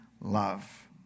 love